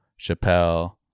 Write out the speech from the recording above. Chappelle